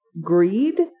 greed